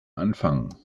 anfang